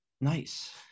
Nice